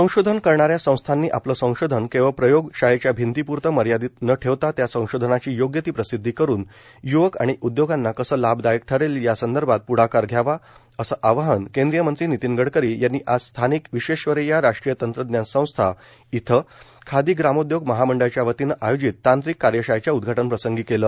संशोधन करणाऱ्या संस्थांनी आपलं संशोधन केवळ प्रयोग शाळेच्या भिंती प्रतं मर्यादित न ठेवता त्या संशोधनाची योग्य ती प्रसिदधी करून य्वक आणि उदयोगांना कसं लाभदायक ठरेल यासंदर्भात प्ढाकार घ्यावा असं आवाहन केंद्रीय मंत्री नितिन गडकरी यांनी आज स्थानिक विश्वेश्वरय्या राष्ट्रीय तंत्रज्ञान संस्था इथ खादी ग्रामोद्योग महामंडळाच्या वतीनं आयोजित तांत्रिक कार्यशाळेच्या उद्घाटन प्रसंगी केल